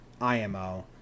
IMO